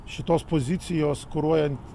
šitos pozicijos kuruojant